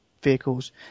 vehicles